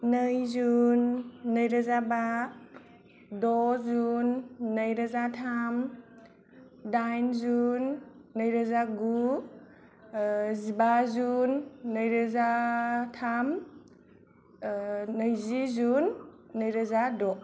नै जुन नैरोजा बा द' जुन नैरोजा थाम दाइन जुन नैरोजा गु जिबा जुन नैरोजा थाम नैजि जुन नैरोजा द'